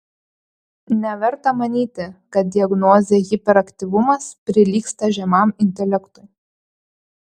neverta manyti kad diagnozė hiperaktyvumas prilygsta žemam intelektui